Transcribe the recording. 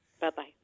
Bye-bye